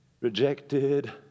rejected